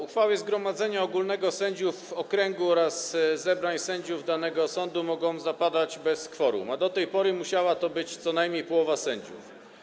Uchwały zgromadzenia ogólnego sędziów okręgu oraz zebrań sędziów danego sądu mogą zapadać bez kworum, a do tej pory musiała to być co najmniej połowa sędziów.